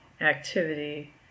activity